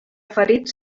ferits